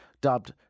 dubbed